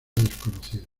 desconocidas